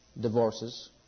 divorces